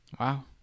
Wow